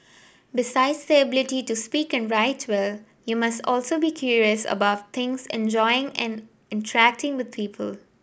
besides the ability to speak and write well you must also be curious about things and enjoy in interacting with people